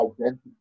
identity